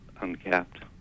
uncapped